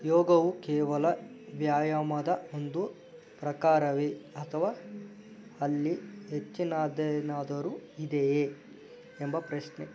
ಯೋಗವು ಕೇವಲ ವ್ಯಾಯಾಮದ ಒಂದು ಪ್ರಕಾರವೇ ಅಥವಾ ಅಲ್ಲಿ ಹೆಚ್ಚಿನದೇನಾದರೂ ಇದೆಯೇ ಎಂಬ ಪ್ರಶ್ನೆ